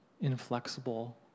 inflexible